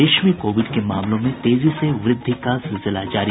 प्रदेश में कोविड के मामलों में तेजी से वृद्धि का सिलसिला जारी